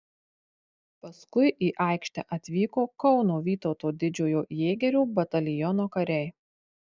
paskui į aikštę atvyko kauno vytauto didžiojo jėgerių bataliono kariai